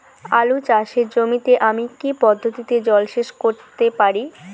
আলু চাষে জমিতে আমি কী পদ্ধতিতে জলসেচ করতে পারি?